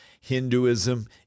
Hinduism